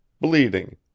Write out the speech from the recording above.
bleeding